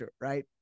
right